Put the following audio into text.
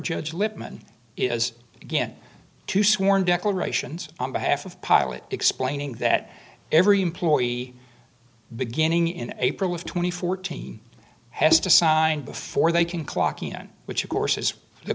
judge lippman is again to sworn declarations on behalf of pilot explaining that every employee beginning in april of two thousand and fourteen has to sign before they can clock in which of course is the